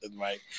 right